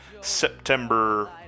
September